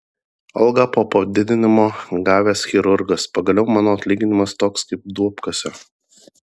algą po padidinimo gavęs chirurgas pagaliau mano atlyginimas toks kaip duobkasio